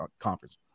conference